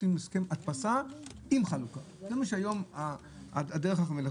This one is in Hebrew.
עושים הסכם הדפסה עם חלוקה, זו היום דרך המלך.